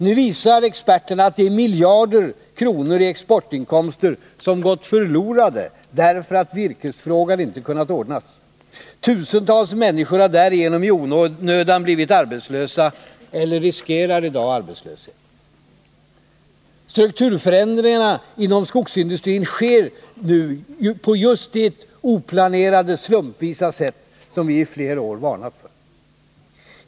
Nu visar experterna att det är miljarder kronor i exportinkomster som gått förlorade därför att virkesfrågan inte kunnat ordnas. Tusentals människor har därigenom i onödan blivit arbetslösa eller riskerar i dag arbetslöshet. - Strukturförändringarna inom skogsindustrin sker nu på just det oplanerade, slumpvisa sätt som vi i flera år varnat för.